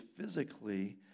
physically